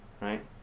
right